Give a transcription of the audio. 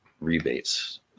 rebates